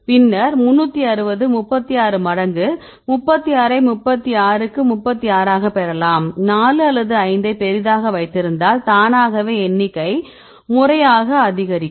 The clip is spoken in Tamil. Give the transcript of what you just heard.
பின்னர் 360 36 மடங்கு 36 ஐ 36 க்கு 36 ஆக பெறலாம் 4 அல்லது 5 ஐ பெரிதாக வைத்திருந்தால் தானாகவே எண்ணிக்கை முறையாக அதிகரிக்கும்